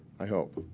i hope.